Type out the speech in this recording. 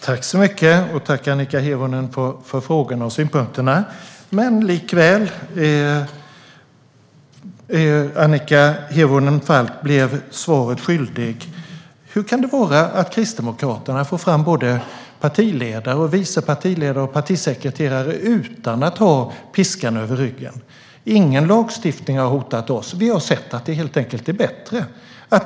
Fru talman! Tack, Annika Hirvonen Falk, för frågorna och synpunkterna! Likväl blir du mig svaret skyldig, Annika. Hur kan det komma sig att Kristdemokraterna får fram både partiledare, vice partiledare och partisekreterare utan att ha piskan över ryggen? Ingen lagstiftning har hotat oss. Vi har sett att det helt enkelt blir bättre.